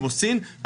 כמו סין,